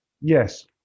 Yes